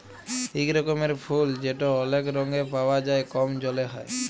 ইক রকমের ফুল যেট অলেক রঙে পাউয়া যায় কম জলে হ্যয়